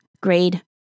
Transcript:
grade